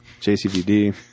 JCBD